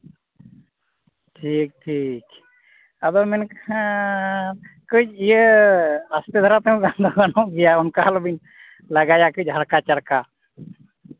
ᱴᱷᱤᱠ ᱴᱷᱤᱠ ᱟᱫᱚ ᱢᱮᱱᱠᱷᱟᱱ ᱠᱟᱹᱡ ᱤᱭᱟᱹ ᱟᱥᱛᱮ ᱫᱷᱟᱨᱟᱛᱮᱦᱚᱸ ᱜᱟᱱ ᱫᱚ ᱜᱟᱱᱚᱜ ᱜᱮᱭᱟ ᱚᱱᱠᱟ ᱟᱞᱚᱵᱮᱱ ᱞᱟᱜᱟᱭᱟ ᱠᱤ ᱡᱟᱦᱟᱸ ᱞᱮᱠᱟ ᱪᱮᱫᱞᱮᱠᱟ